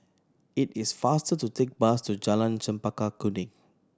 it is faster to take bus to Jalan Chempaka Kuning